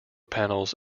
panels